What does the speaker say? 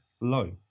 low